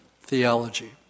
theology